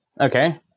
Okay